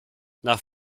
nach